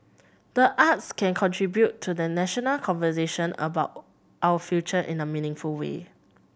the arts can contribute to the national conversation about our future in a meaningful way